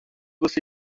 você